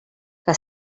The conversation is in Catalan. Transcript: que